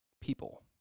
people